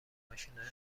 ماشینای